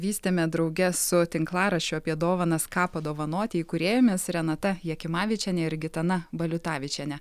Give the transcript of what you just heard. vystėme drauge su tinklaraščio apie dovanas ką padovanoti įkūrėjomis renata jakimavičiene ir gitana baliutavičiene